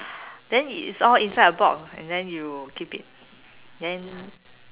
then it's all inside a box and then you keep it then